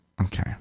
Okay